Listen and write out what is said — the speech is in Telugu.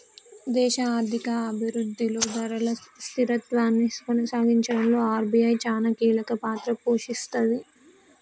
దేశ ఆర్థిక అభిరుద్ధిలో ధరల స్థిరత్వాన్ని కొనసాగించడంలో ఆర్.బి.ఐ చానా కీలకపాత్ర పోషిస్తది